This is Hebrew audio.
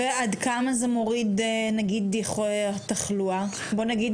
ועד כמה זה מוריד תחלואה, בוא נגיד